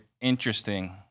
interesting